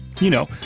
you know,